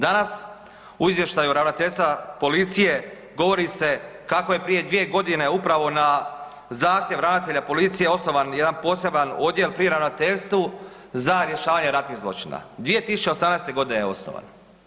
Danas u izvještaju ravnateljstva policije govori se kako je prije dvije godine upravo na zahtjev ravnatelja policije osnovan jedan poseban odjel pri ravnateljstvu za rješavanje ratnih zločina, 2018. godine je osnovan.